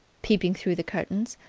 peeping through the curtains,